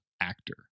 actor